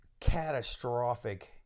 catastrophic